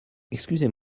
excusez